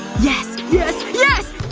yes yes yes,